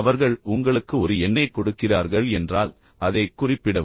அவர்கள் உங்களுக்கு ஒரு எண்ணைக் கொடுக்கிறார்கள் என்றால் அதைக் குறிப்பிடவும்